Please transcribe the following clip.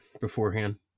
beforehand